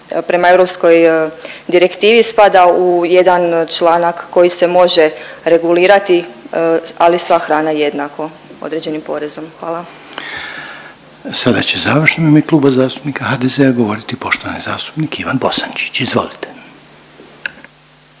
prema europskoj direktivi spada u jedan članak koji se može regulirati, ali sva hrana jednako određenim porezom. Hvala. **Reiner, Željko (HDZ)** Sada će završno u ime Kluba zastupnika HDZ-a govoriti poštovani zastupnik Ivan Bosančić. Izvolite.